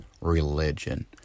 religion